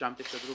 שממנו תשדרו?